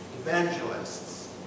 evangelists